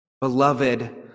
Beloved